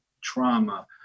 trauma